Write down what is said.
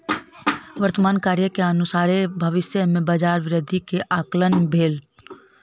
वर्तमान कार्य के अनुसारे भविष्य में बजार वृद्धि के आंकलन भेल